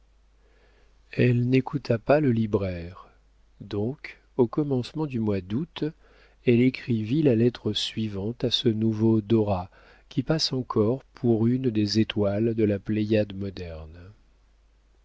elle n'écouta pas le libraire donc au commencement du mois d'août elle écrivit la lettre suivante à ce nouveau dorat qui passe encore pour une des étoiles de la pléiade moderne